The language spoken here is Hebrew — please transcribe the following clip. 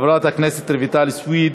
רגע, רגע, אדוני היושב-ראש.